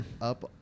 up